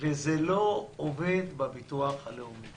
וזה לא עובד בביטוח הלאומי